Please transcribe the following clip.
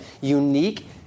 unique